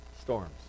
storms